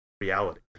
reality